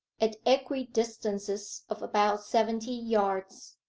at equidistances of about seventy yards.